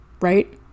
right